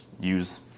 use